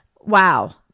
Wow